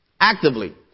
Actively